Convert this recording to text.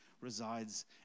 resides